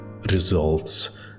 results